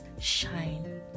shine